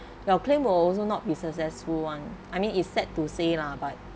your claim will also not be successful [one] I mean it's sad to say lah but